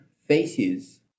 faces